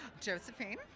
Josephine